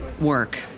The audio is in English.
work